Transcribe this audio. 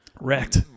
wrecked